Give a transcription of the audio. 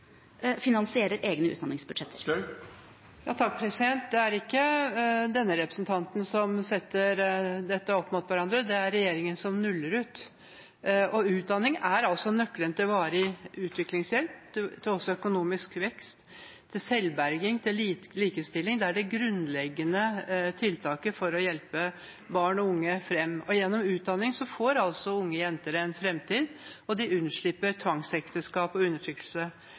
finansierer egne utdanningsbudsjetter. Ingjerd Schou – til oppfølgingsspørsmål Det er ikke denne representanten som setter dette opp mot hverandre; det er regjeringen som nuller ut. Utdanning er nøkkelen til varig utviklingshjelp og til økonomisk vekst, selvberging og likestilling. Det er det grunnleggende tiltaket for å hjelpe barn og unge fram, og gjennom utdanning får altså unge jenter en fremtid, og de unnslipper tvangsekteskap og undertrykkelse.